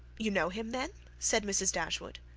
you know him then, said mrs. dashwood.